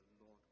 Lord